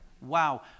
Wow